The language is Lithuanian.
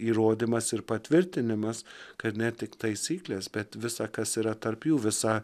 įrodymas ir patvirtinimas kad ne tik taisyklės bet visa kas yra tarp jų visa